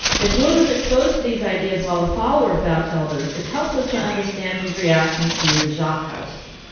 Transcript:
if wood was exposed to these ideas while a follower of bachelder's, it helps us to understand his reaction to the jop house.